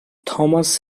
thomas